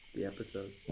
the episode. oh,